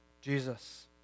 Jesus